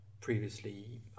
previously